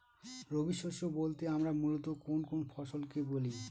রবি শস্য বলতে আমরা মূলত কোন কোন ফসল কে বলি?